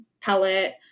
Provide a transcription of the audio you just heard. pellet